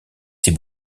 ses